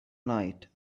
night